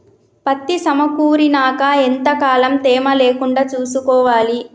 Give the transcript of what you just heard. పత్తి సమకూరినాక ఎంత కాలం తేమ లేకుండా చూసుకోవాలి?